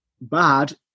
bad